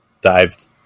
dived